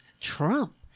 Trump